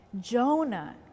Jonah